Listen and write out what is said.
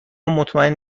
مطمئن